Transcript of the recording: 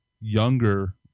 younger